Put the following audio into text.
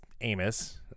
Amos